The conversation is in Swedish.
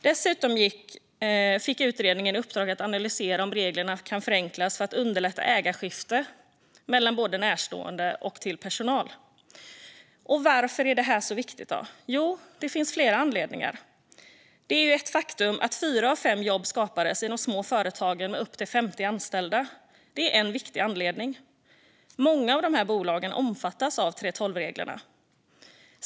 Dessutom fick utredningen i uppdrag att analysera om reglerna kan förenklas för att underlätta ägarskiften både mellan närstående och till personal. Varför är då detta så viktigt? Jo, det finns flera anledningar. Det faktum att fyra av fem jobb skapas i de små företagen med upp till 50 anställda är en viktig anledning. Många av dessa bolag omfattas av 3:12-reglerna.